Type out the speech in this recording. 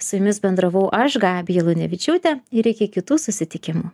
su jumis bendravau aš gabija lunevičiūtė ir iki kitų susitikimų